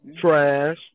Trash